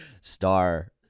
star